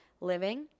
living